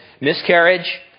Miscarriage